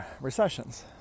recessions